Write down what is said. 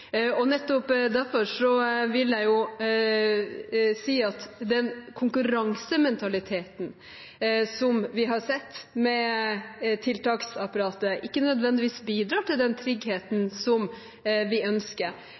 Nettopp derfor vil jeg si at den konkurransementaliteten vi har sett med tiltaksapparatet, ikke nødvendigvis bidrar til den tryggheten vi ønsker.